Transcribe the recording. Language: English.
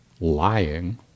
lying